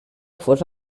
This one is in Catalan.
fos